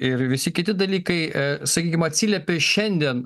ir visi kiti dalykai sakykim atsiliepė šiandien